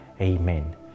Amen